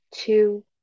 two